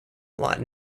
latin